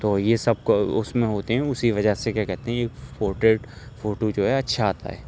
تو یہ سب اس میں ہوتے ہیں اسی وجہ سے کیا کہتے ہیں یہ پورٹریٹ فوٹو جو ہے اچھا آتا ہے